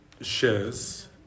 shares